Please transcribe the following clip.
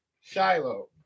Shiloh